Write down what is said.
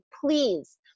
please